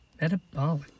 metabolic